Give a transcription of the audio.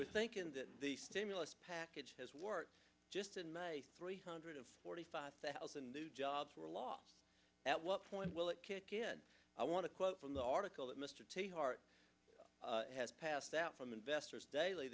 we're thinking that the stimulus package has worked just in my three hundred forty five thousand new jobs were lost at what point will it kick in i want to quote from the article that mr t hart has passed out from investors daily